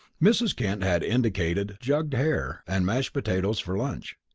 mrs. kent had indicated jugged hare and mashed potatoes for lunch,